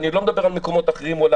אני עוד לא מדבר על מקומות אחרים או על